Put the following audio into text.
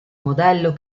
modello